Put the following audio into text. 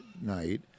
night